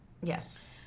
Yes